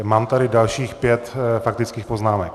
Mám tady dalších pět faktických poznámek.